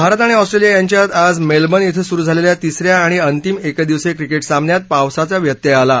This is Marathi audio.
भारत आणि ऑस्ट्रेलिया यांच्यात आज मेलबर्न इथं सुरू झालेल्या तिसऱ्या आणि अंतिम एकदिवसीय क्रिकेट सामन्यात पावसाचा व्यत्यय आला आहे